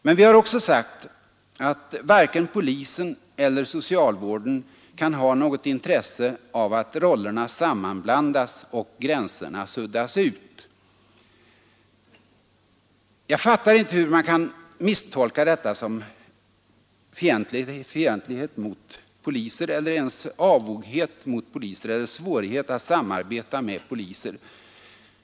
Men vi har också sagt att ”varken polisen eller socialvården kan ha något intresse av att rollerna sammanblandas och gränserna suddas ut” Jag fattar inte hur man kan misstolka detta som fientlighet mot poliser eller ens avoghet mot och svårighet att samarbeta med poliser.